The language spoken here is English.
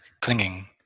clinging